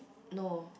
no